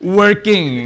working